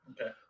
Okay